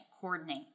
coordinate